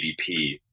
GDP